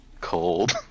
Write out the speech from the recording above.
cold